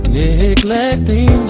neglecting